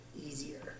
easier